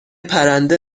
پرنده